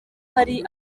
hari